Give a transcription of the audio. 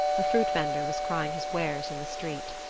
a fruit vender was crying his wares in the street.